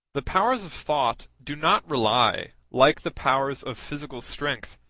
the powers of thought do not rely, like the powers of physical strength,